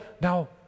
Now